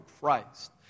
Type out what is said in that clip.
Christ